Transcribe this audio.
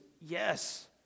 yes